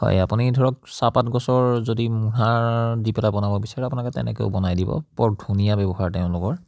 হয় আপুনি ধৰক চাহপাত গছৰ যদি মূঢ়া দি পেলাই বনাব বিচাৰে আপোনাক তেনেকেও বনাই দিব বৰ ধুনীয়া ব্যৱহাৰ তেওঁলোকৰ